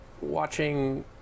watching